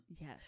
Yes